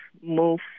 move